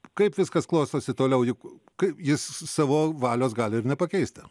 kaip viskas klostosi toliau juk jis savo valios gali ir nepakeisti